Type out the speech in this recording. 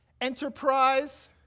enterprise